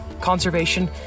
conservation